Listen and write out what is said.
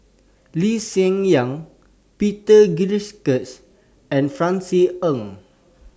Lee Hsien Yang Peter Gilchrist and Francis Ng